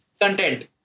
content